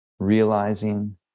Realizing